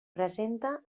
presenta